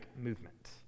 movement